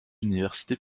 universités